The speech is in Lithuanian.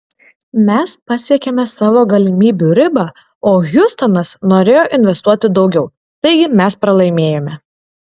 mes pasiekėme savo galimybių ribą o hjustonas norėjo investuoti daugiau taigi mes pralaimėjome